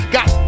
Got